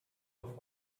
auf